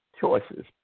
choices